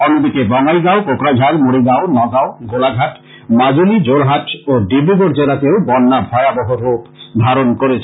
অন্যদিকে বঙ্গাইগাও কোকরাঝার মরিগাও নগাও গোলাঘাট মাজুলি যোরহাটেও ডিব্রগড় জেলাতেও বণ্যা ভয়াবহ রূপ ধারণ করেছে